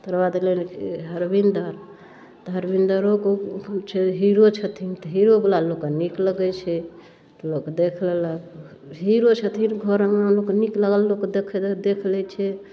तकर बाद धरमिंदर तऽ धरमिन्दरोके छै हीरो छथिन तऽ हीरोवला लोकके नीक लगै छै तऽ लोक देख लेलक हीरो छथिन घर अँगना लोकके नीक लगल लोक देख लै छै